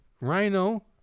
Rhino